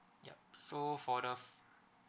yup so for the